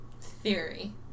Theory